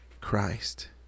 Christ